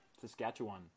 Saskatchewan